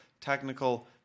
technical